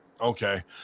Okay